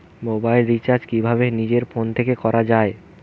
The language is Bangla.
মোবাইল রিচার্জ কিভাবে নিজের ফোন থেকে করা য়ায়?